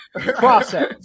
Process